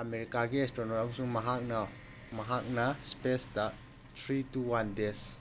ꯑꯥꯃꯦꯔꯤꯀꯥꯒꯤ astronaut ꯑꯃꯁꯨꯡ ꯃꯍꯥꯛꯅ ꯃꯍꯥꯛꯅ spent three two one days